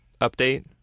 update